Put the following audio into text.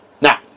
Now